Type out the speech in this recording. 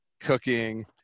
cooking